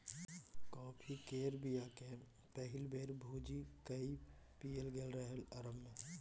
coffee केर बीया केँ पहिल बेर भुजि कए पीएल गेल रहय अरब मे